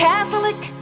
Catholic